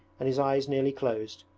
and his eyes nearly closed,